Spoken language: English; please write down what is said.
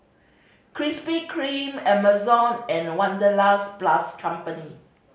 Krispy Kreme Amazon and Wanderlust plus Company